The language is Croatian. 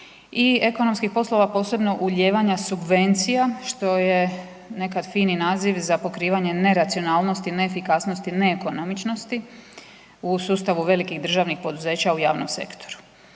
i ekonomskih poslova posebno ulijevanja subvencija što je nekad fini naziv za pokrivanje neracionalnosti, neefikasnosti, neekonomičnosti u sustavu velikih državnih poduzeća u javnom sektoru.